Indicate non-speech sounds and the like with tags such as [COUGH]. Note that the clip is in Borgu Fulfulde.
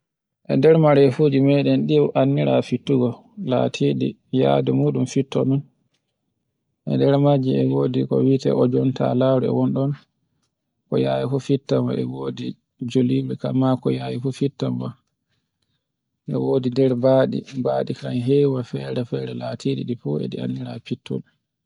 E nder marefuji ɗi anndira e fittugo, latiɗi yadu muɗum fittaɗum. E nder majji e wodi ko wi'ete ojontalare on ɗon [NOISE] ko yawi fittan e wodi juliru fu kanma ko yawi fu fittanwa. E wodi nde baɗi, [NOISE] baɗi kan hewu fere-fere latiɗi fu e anndira fittol.